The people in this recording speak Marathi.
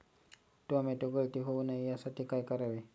टोमॅटो गळती होऊ नये यासाठी काय करावे?